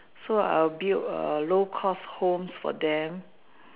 so I'll build a low cost home for them